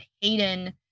Hayden